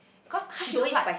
cause she don't like